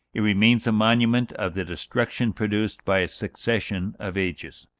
it remains a monument of the destruction produced by a succession of ages.